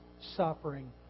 suffering